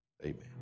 Amen